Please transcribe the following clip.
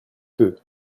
peu